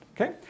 okay